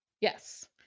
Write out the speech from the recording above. yes